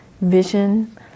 vision